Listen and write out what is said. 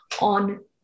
on